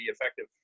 effective